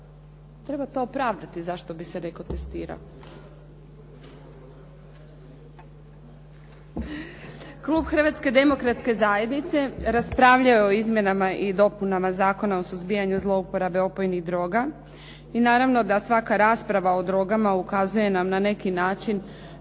Treba to opravdati zašto bi se netko testirao. Klub Hrvatske demokratske zajednice raspravljao je o izmjenama i dopunama Zakona o suzbijanju zlouporabe opojnih droga i naravno da svaka rasprava o drogama ukazuje nam na neki način